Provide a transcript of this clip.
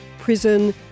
prison